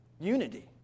Unity